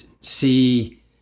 see